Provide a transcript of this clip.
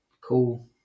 cool